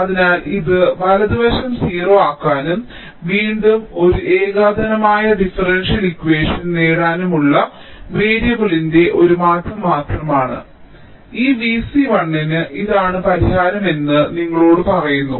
അതിനാൽ ഇത് വലത് വശം 0 ആക്കാനും വീണ്ടും ഒരു ഏകതാനമായ ഡിഫറൻഷ്യൽ ഇക്വാഷൻ നേടാനുമുള്ള വേരിയബിളിന്റെ ഒരു മാറ്റം മാത്രമാണ് ഈ V c 1 ന് ഇതാണ് പരിഹാരമെന്ന് അത് നിങ്ങളോട് പറയുന്നു